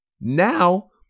Now